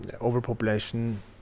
overpopulation